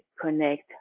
connect